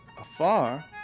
afar